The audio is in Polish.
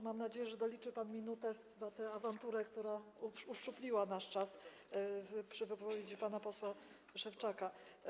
Mam nadzieję, że doliczy pan minutę za tę awanturę, która uszczupliła nasz czas, przy wypowiedzi pana posła Szewczaka.